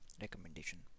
recommendation